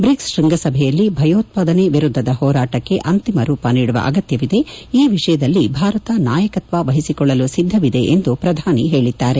BRICS ಕೃಂಗ ಸಭೆಯಲ್ಲಿ ಭಯೋತ್ವಾದನೆ ವಿರುದ್ಧದ ಹೋರಾಟಕ್ಕೆ ಅಂತಿಮ ರೂಪ ನೀಡುವ ಅಗತ್ತವಿದೆ ಈ ವಿಷಯದಲ್ಲಿ ಭಾರತ ನಾಯಕತ್ವ ವಹಿಸಿಕೊಳ್ಳಲು ಸಿದ್ದವಿದೆ ಎಂದು ಪ್ರಧಾನ ಮಂತ್ರಿ ಹೇಳಿದ್ದಾರೆ